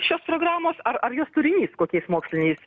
šios programos ar ar jos turinys kokiais moksliniais